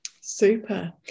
Super